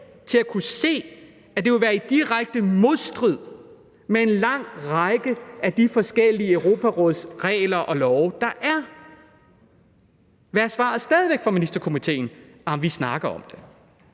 for at kunne se, at de ville være i direkte modstrid med en lang række af de forskellige Europarådsregler og love, der er. Hvad er svaret stadig væk fra Ministerkomiteen? Arh, vi snakker om det.